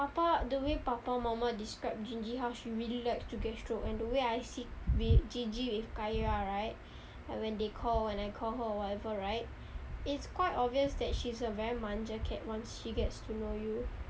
papa the way papa mama described gingy how she really likes to get stroke and the way I see gingy with kaya right like when they call her or whatever right it's quite obvious that she's a very manja cat once she gets to know you